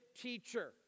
teacher